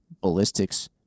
ballistics